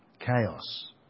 Chaos